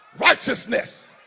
righteousness